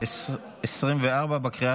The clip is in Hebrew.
אושרה בקריאה